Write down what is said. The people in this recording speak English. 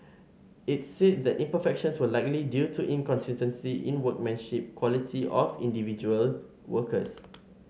it said that imperfections were likely due to inconsistencies in workmanship quality of individual workers